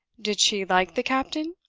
did she like the captain?